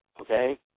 Okay